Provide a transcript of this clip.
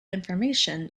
information